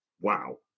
wow